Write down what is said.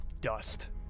dust